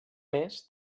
més